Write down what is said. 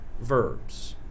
verbs